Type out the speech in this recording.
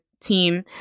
team